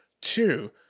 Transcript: Two